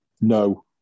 No